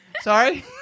Sorry